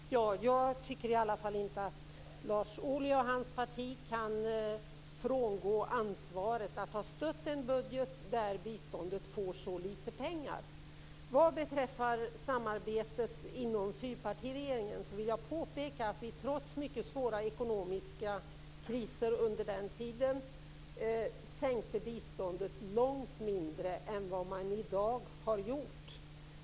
Fru talman! Jag tycker i alla fall inte att Lars Ohly och hans parti kan frångå ansvaret att ha stött en budget där biståndet får så lite pengar. Vad beträffar samarbetet inom fyrpartiregeringen vill jag påpeka att vi, trots mycket svåra ekonomiska kriser under den tiden, sänkte biståndet långt mindre än vad man i dag har gjort.